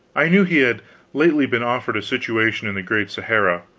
i knew he had lately been offered a situation in the great sahara,